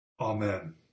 Amen